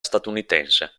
statunitense